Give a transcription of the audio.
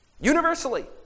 universally